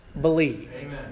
believe